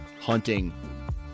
hunting